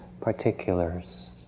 particulars